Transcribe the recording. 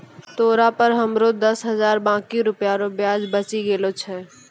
तोरा पर हमरो दस हजार बाकी रुपिया रो ब्याज बचि गेलो छय